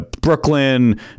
Brooklyn